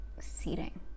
seating